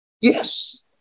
Yes